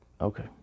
Okay